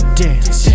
dance